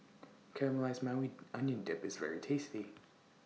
Caramelized Maui Onion Dip IS very tasty